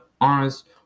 honest